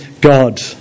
God